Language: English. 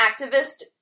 activist